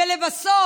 ולבסוף,